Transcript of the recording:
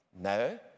No